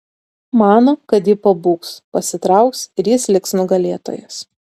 mano kad ji pabūgs pasitrauks ir jis liks nugalėtojas